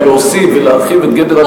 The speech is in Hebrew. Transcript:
אבל להוסיף ולהרחיב את גדר העבירות,